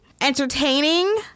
entertaining